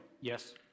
Yes